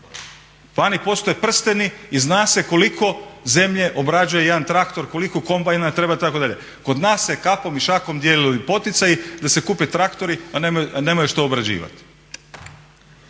Vani postoje prsteni i zna se koliko zemlje obrađuje jedan traktor, koliko kombajna treba itd.. Kod nas se kapom i šakom dijelili poticaji da se kupe traktori a nemaju što obrađivati.